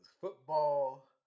football